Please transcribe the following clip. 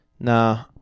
Nah